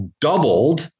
doubled